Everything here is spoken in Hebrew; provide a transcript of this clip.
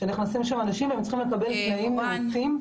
שנכנסים בו אנשים וצריכים לקבל תנאים נאותים.